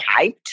hyped